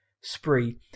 spree